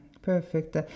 Perfect